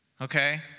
Okay